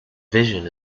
vision